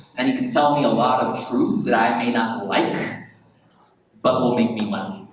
and he can tell me a lot of truths that i may not like but will make me money.